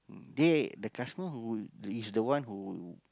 they the customer who the is the one who